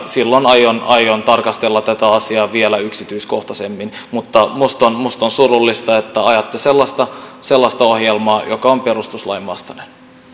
silloin aion aion tarkastella tätä asiaa vielä yksityiskohtaisemmin mutta minusta on minusta on surullista että ajatte sellaista sellaista ohjelmaa joka on perustuslain vastainen